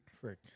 Frick